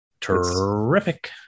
Terrific